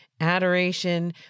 adoration